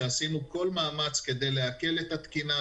שעשינו כל מאמץ כדי להקל את התקינה,